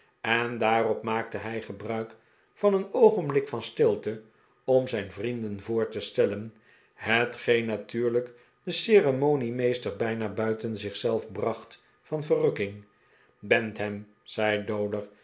en daarop maakte hij gebruik van een oogenblik van stilte om zijn vrienden voor te stellen hetgeen natuurlijk den ceremoniemeester bijna buiten zich zelf bracht van verrukking bantam zei